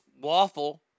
waffle